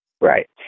Right